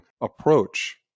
approach